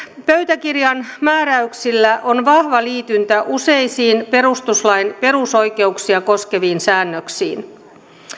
pöytäkirjan määräyksillä on vahva liityntä useisiin perustuslain perusoikeuksia koskeviin säännöksiin